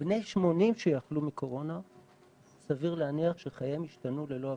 בני 80 שיחלו מקורונה סביר להניח שחייהם ישתנו ללא הכר,